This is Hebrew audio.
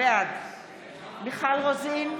בעד מיכל רוזין,